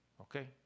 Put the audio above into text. okay